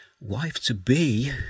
wife-to-be